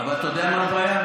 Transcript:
אבל אתה יודע מה הבעיה?